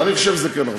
ואני חושב שזה כן נכון.